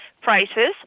prices